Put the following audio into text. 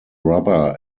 rubber